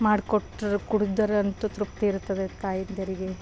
ಮಾಡ್ಕೊಟ್ರೆ ಕುಡ್ದರಂತೂ ತೃಪ್ತಿ ಇರುತ್ತದೆ ತಾಯಂದಿರಿಗೆ